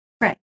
Right